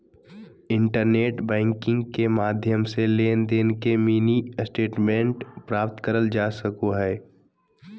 internet banking के माध्यम से लेनदेन के मिनी स्टेटमेंट प्राप्त करल जा सको हय